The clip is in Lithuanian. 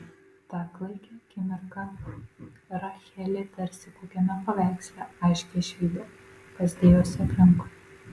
tą klaikią akimirką rachelė tarsi kokiame paveiksle aiškiai išvydo kas dėjosi aplinkui